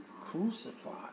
crucified